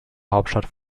hauptstadt